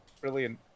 brilliant